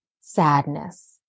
sadness